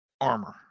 armor